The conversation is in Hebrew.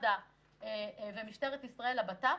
מד"א ומשטרת ישראל לבט"פ,